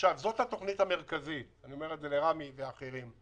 זאת התוכנית המרכזית ואני אומר את זה לרמי ולאחרים.